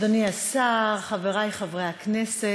אדוני השר, חברי חברי הכנסת.